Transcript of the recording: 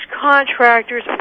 contractors